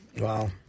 Wow